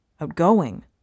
outgoing